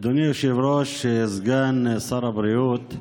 אדוני היושב-ראש, סגן שר הבריאות,